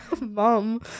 mom